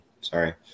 Sorry